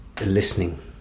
listening